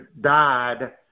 died